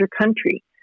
country